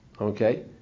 okay